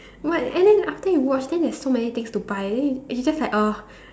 but and then after you watch then there's so many things to buy then you you just like !ugh!